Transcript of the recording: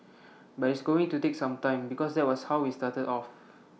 but it's going to take some time because that was how we started off